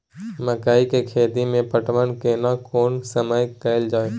मकई के खेती मे पटवन केना कोन समय कैल जाय?